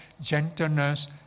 gentleness